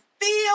feel